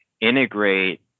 integrate